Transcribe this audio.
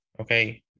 okay